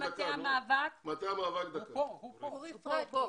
אורי פרדניק,